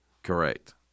Correct